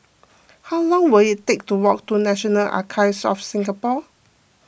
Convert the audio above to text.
how long will it take to walk to National Archives of Singapore